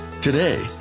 Today